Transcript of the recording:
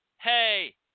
Hey